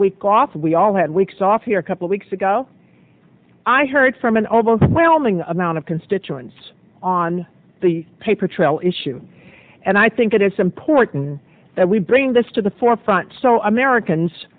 off we all had weeks off here a couple weeks ago i heard from an oval whelming amount of constituents on the paper trail issue and i think it is important that we bring this to the forefront so americans